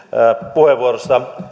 puheenvuorossa